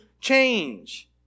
change